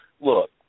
Look